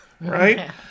right